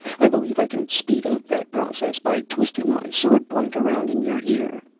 i believe i can speed up that process by twisting my sword-point around in your ear,